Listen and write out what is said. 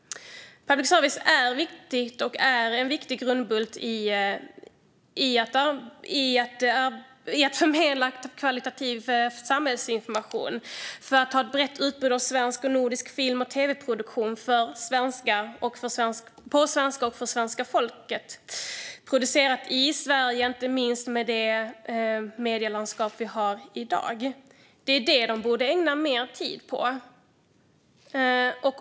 Public service är viktigt. Det är en viktig grundbult i att förmedla kvalitativ samhällsinformation, för att ha ett brett utbud av svensk och nordisk film och tv-produktion på svenska och för svenska folket producerat i Sverige. Det gäller inte minst med det medielandskap vi har i dag. Det är vad de borde ägna mer tid åt.